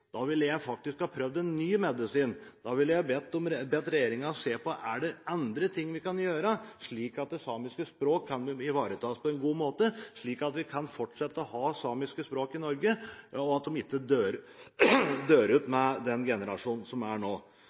Da ville jeg ha bedt regjeringen se på om det er andre ting vi kan gjøre for at samiske språk kan ivaretas på en god måte slik at vi fortsatt kan ha samiske språk i Norge, og at de ikke dør ut med den generasjonen som er nå.